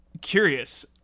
curious